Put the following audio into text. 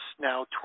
now